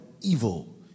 evil